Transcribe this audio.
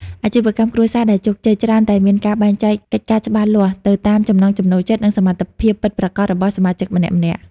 អាជីវកម្មគ្រួសារដែលជោគជ័យច្រើនតែមានការបែងចែកកិច្ចការច្បាស់លាស់ទៅតាមចំណង់ចំណូលចិត្ត និងសមត្ថភាពពិតប្រាកដរបស់សមាជិកម្នាក់ៗ។